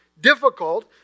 difficult